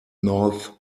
north